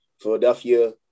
Philadelphia